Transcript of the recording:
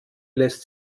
lässt